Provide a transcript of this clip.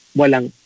walang